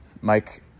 Mike